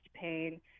pain